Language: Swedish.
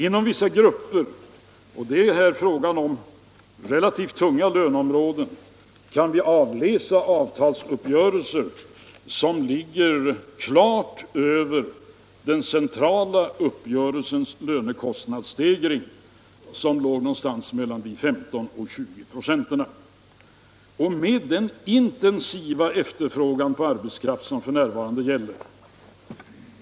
Inom vissa grupper — och det är här fråga om relativt tunga löneområden — kan vi avläsa avtalsuppgörelser klart över den centrala uppgörelsens lönekostnadsstegring, som låg någonstans mellan 15 och 20 8. Det råder f. n. en intensiv efterfrågan på arbetskraft.